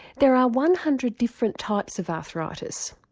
there are one hundred different types of arthritis,